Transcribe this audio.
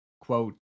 quote